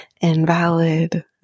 invalid